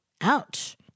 ouch